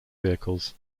vehicles